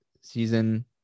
season